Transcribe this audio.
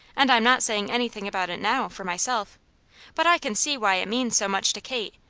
and i'm not saying anything about it now, for myself but i can see why it means so much to kate,